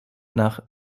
nach